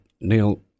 Neil